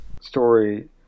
story